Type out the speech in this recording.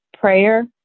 Prayer